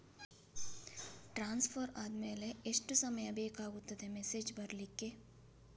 Transfer ಆದ್ಮೇಲೆ ಎಷ್ಟು ಸಮಯ ಬೇಕಾಗುತ್ತದೆ ಮೆಸೇಜ್ ಬರ್ಲಿಕ್ಕೆ?